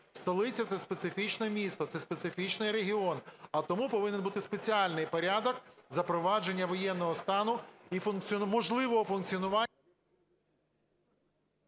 Столиця – це специфічне місто, це специфічний регіон, а тому повинен бути спеціальний порядок запровадження воєнного стану і можливого функціонування...